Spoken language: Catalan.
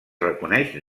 reconeix